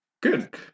Good